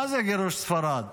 מה זה גירוש ספרד?